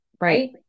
Right